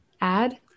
add